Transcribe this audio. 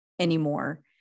anymore